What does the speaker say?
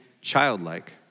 childlike